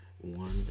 One